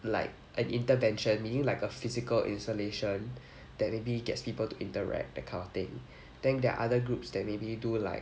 like an intervention meaning like a physical installation that maybe gets people to interact that kind of thing then there are other groups that maybe do like